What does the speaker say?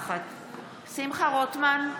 מרום,